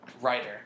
writer